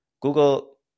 Google